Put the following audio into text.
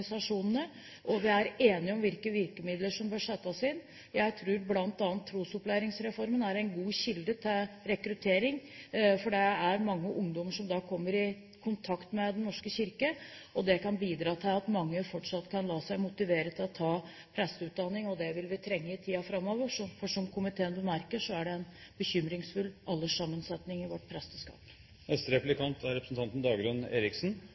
og vi er enige om hvilke virkemidler som bør settes inn. Jeg tror bl.a. Trosopplæringsreformen er en god kilde til rekruttering, for det er mange ungdommer som da kommer i kontakt med Den norske kirke, og det kan bidra til at mange fortsatt kan la seg motivere til å ta presteutdanning. Det vil vi trenge i tiden framover, for det er, som komiteen bemerker, en bekymringsfull alderssammensetning i vårt